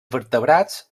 vertebrats